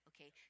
okay